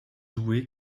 doué